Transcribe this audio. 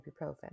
ibuprofen